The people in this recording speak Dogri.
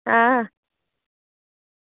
हां